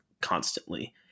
constantly